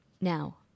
Now